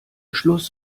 schluss